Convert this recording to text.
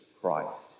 Christ